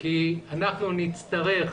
כי אנחנו נצטרך